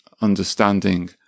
understanding